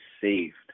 saved